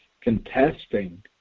contesting